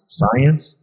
science